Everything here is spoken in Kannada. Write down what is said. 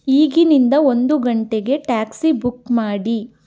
ಈಗಿನಿಂದ ಒಂದು ಗಂಟೆಗೆ ಟ್ಯಾಕ್ಸಿ ಬುಕ್ ಮಾಡಿ